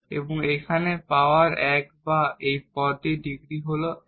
এবং এখানে পাওয়ার 1 বা এই টার্মটির ডিগ্রী হল 1